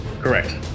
Correct